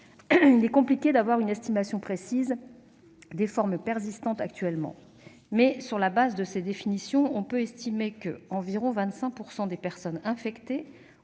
Il est compliqué d'avoir une estimation précise des formes persistantes actuellement, mais, sur le fondement de ces définitions, on peut considérer que 25 %, environ, des personnes infectées